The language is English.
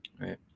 right